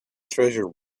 treasure